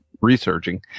researching